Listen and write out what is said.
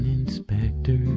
inspector